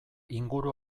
inguru